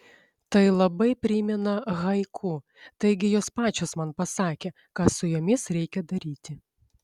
tai labai primena haiku taigi jos pačios man pasakė ką su jomis reikia daryti